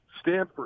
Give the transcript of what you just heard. Stanford